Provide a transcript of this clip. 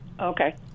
Okay